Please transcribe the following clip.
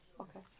Okay